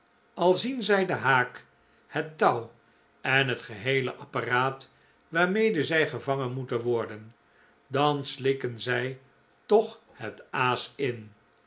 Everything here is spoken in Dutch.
al zien zij den haak het touw en het geheele apparaat waarmede zij gevangen moeten worden dan slikken zij toch het aas in